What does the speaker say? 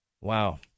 Wow